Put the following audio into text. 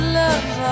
love